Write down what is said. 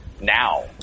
now